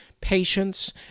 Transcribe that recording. patience